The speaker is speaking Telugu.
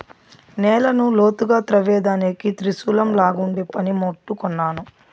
నేలను లోతుగా త్రవ్వేదానికి త్రిశూలంలాగుండే పని ముట్టు కొన్నాను